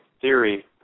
theory